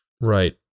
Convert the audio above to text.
Right